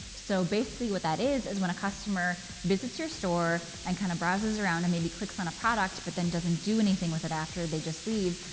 so basically what that is is when a customer visits your store and kind of browses around, and maybe clicks on a product, but then doesn't do anything with it after, they just leave,